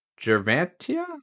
Gervantia